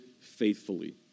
faithfully